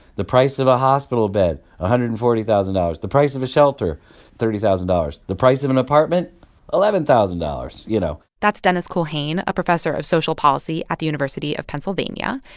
the price of a hospital bed one ah hundred and forty thousand dollars. the price of a shelter thirty thousand dollars. the price of an apartment eleven thousand dollars, you know that's dennis culhane, a professor of social policy at the university of pennsylvania.